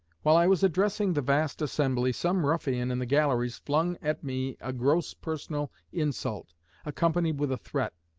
while i was addressing the vast assembly some ruffian in the galleries flung at me a gross personal insult accompanied with a threat.